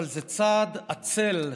אבל זה צעד עצל,